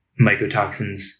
mycotoxins